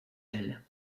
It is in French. elle